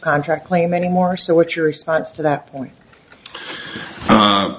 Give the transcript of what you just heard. contract claim anymore so what your response to that